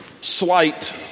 slight